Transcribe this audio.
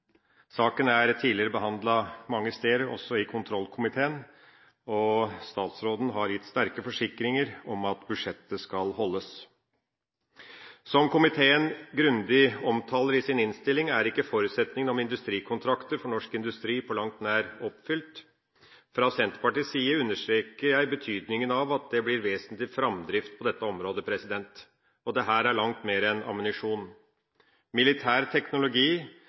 Saken er tidligere behandlet mange steder, også i kontrollkomitéen, og statsråden har gitt sterke forsikringer om at budsjettet skal holdes. Som komitéen grundig omtaler i sin innstilling, er ikke forutsetninga om industrikontrakter for norsk industri på langt nær oppfylt. Fra Senterpartiets side understreker jeg betydninga av at det blir vesentlig framdrift på dette området. Og dette er langt mer enn ammunisjon. Militær teknologiutvikling har en svært stor verdi i utvikling av teknologi